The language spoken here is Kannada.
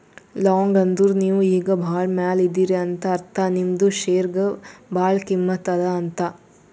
ಲಾಂಗ್ ಅಂದುರ್ ನೀವು ಈಗ ಭಾಳ ಮ್ಯಾಲ ಇದೀರಿ ಅಂತ ಅರ್ಥ ನಿಮ್ದು ಶೇರ್ಗ ಭಾಳ ಕಿಮ್ಮತ್ ಅದಾ ಅಂತ್